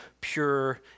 pure